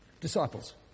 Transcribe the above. disciples